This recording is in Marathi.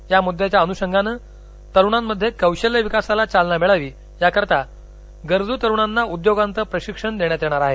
या मुद्याच्या अनुषंगानं तरुणांमध्ये कौशल्य विकासाला चालना मिळावी याकरिता गरजू तरुणांना उद्योगांचं प्रशिक्षण देण्यात येणार आहे